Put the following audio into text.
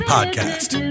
Podcast